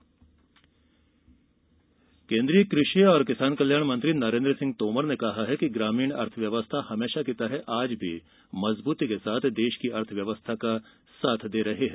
क़षि मंत्री केन्द्रीय कृषि एवं किसान कल्याण मंत्री नरेन्द्र सिंह तोमर ने कहा है कि ग्रामीण अर्थव्यवस्था हमेंशा की तरह आज भी मजबूती के साथ देश की अर्थव्यवस्था का साथ दे रही है